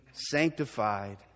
sanctified